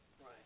Right